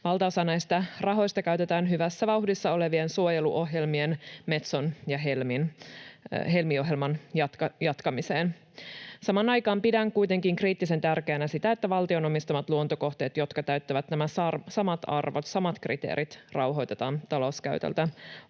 Valtaosa näistä rahoista käytetään hyvässä vauhdissa olevien suojeluohjelmien, Metso- ja Helmi-ohjelmien, jatkamiseen. Samaan aikaan pidän kuitenkin kriittisen tärkeänä sitä, että valtion omistamat luontokohteet, jotka täyttävät nämä samat arvot, samat kriteerit, rauhoitetaan talouskäytöltä.